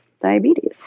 diabetes